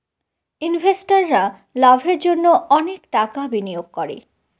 ইনভেস্টাররা লাভের জন্য অনেক টাকা বিনিয়োগ করে